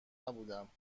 نبودم